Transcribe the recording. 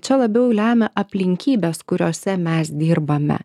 čia labiau lemia aplinkybės kuriose mes dirbame